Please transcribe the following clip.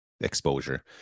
exposure